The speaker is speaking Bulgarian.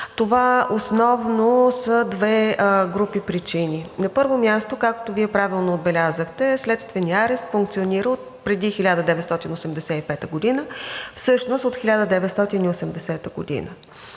Това основно са две групи причини. На първо място, както Вие правилно отбелязахте, следственият арест функционира отпреди 1985 г., всъщност от 1980 г.